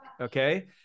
Okay